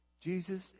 Jesus